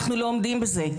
אנחנו לא עומדים בזה",